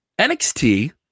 NXT